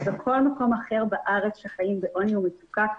וכל מקום אחר בארץ שחיים בעוני ומצוקה,